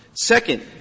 Second